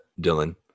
dylan